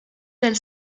del